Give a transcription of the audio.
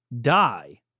die